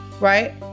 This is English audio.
right